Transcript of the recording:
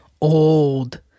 old